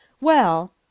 Well